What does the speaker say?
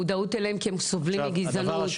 מודעות אליהם, כי הם סובלים מגזענות.